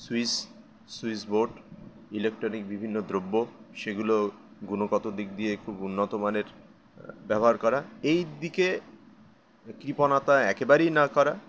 switch switch board electronic বিভিন্ন দ্রব্য সেগুলো গুণগত দিক দিয়ে খুব উন্নত মানের ব্যবহার করা এই দিকে কৃপনাতা একেবারেই না করা